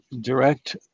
direct